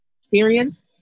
experience